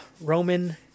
Roman